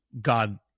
God